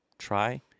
try